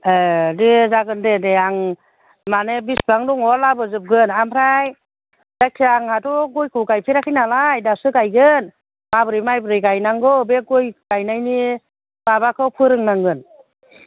ए दे जागोन दे दे आं माने बेसेबां दङ लाबोजोबगोन आमफ्राय जायखि जाया आंहाथ' गयखौ गायफेराखै नालाय दासो गायगोन माबोरै माबोरै गायनांगौ बे गय गायनायनि माबाखौ फोरोंनांगोन